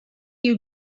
you